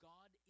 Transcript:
God